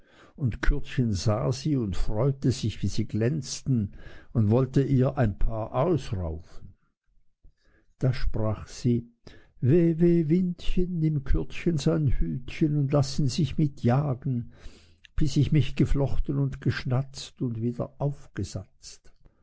und kürdchen sah sie und freute sich wie sie glänzten und wollte ihr ein paar ausraufen da sprach sie weh weh windchen nimm kürdchen sein hütchen und laß'n sich mit jagen bis ich mich geflochten und geschnatzt und wieder aufgesatzt